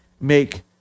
make